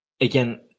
again